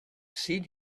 seen